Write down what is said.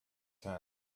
tent